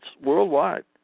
worldwide